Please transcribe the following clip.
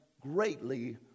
greatly